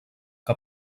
que